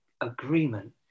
agreement